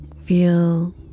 feel